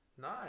Nice